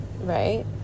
right